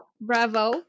Bravo